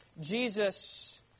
Jesus